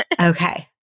Okay